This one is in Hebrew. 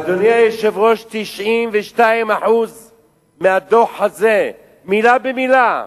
אדוני היושב-ראש, 92% מהדוח הזה, מלה במלה,